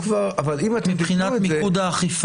אבל אם תדרגו את זה --- מבחינת מיקוד האכיפה,